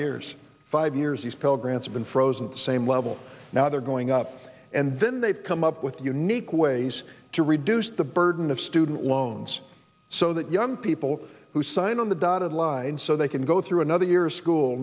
years five years these pell grants been frozen the same level now they're going up and then they've come up with unique ways to reduce the burden of student loans so that young people who sign on the dotted line so they can go through another year school